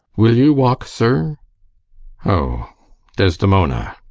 will you walk, sir o desdemona